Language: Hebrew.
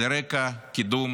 על רקע קידום